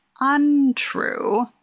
untrue